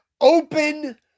open